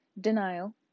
Denial